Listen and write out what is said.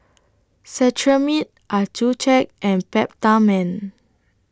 Cetrimide Accucheck and Peptamen